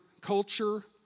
culture